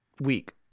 weak